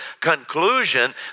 conclusion